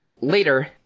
Later